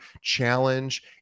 challenge